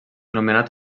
nomenat